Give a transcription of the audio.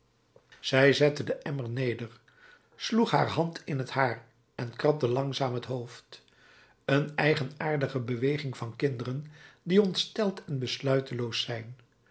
zij zette den emmer neder sloeg haar hand in het haar en krabde langzaam t hoofd een eigenaardige beweging van kinderen die ontsteld en besluiteloos zijn